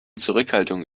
zurückhaltung